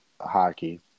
hockey